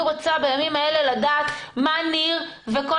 אני רוצה בימים האלה לדעת מה ניר שפר וכל